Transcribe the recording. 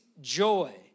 joy